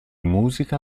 musica